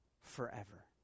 forever